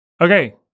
okay